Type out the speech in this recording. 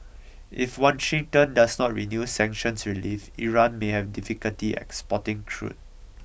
if Washington does not renew sanctions relief Iran may have difficulty exporting crude